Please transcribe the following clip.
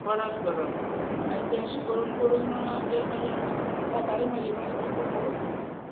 परत करप मागीर ते अशें करून करून तें मागीर जातालें मागी मागी मागीर जातालें सारकें